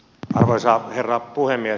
arvoisa herra puhemies